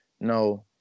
no